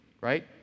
Right